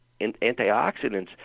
antioxidants